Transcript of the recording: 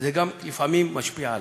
לפעמים זה גם משפיע עלי,